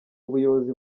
ubuyobozi